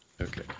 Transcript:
Okay